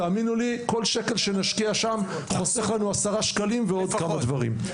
תאמינו לי כל שקל שנשקיע שם חוסך לנו 10 שקלים ועוד כמה דברים.